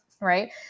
right